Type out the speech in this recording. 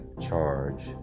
charge